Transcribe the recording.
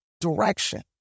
direction